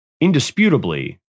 indisputably